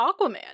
Aquaman